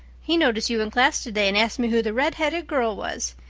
he noticed you in class today, and asked me who the red-headed girl was.